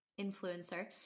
influencer